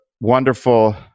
wonderful